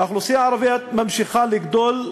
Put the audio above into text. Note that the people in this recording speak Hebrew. האוכלוסייה הערבית ממשיכה לגדול,